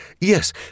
Yes